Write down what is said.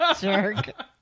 Jerk